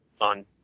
on